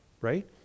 right